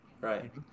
Right